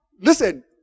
listen